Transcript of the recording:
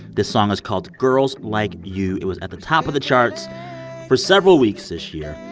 this song is called, girls like you. it was at the top of the charts for several weeks this year.